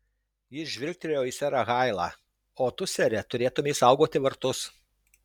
jis žvilgtelėjo į serą hailą o tu sere turėtumei saugoti vartus